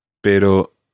pero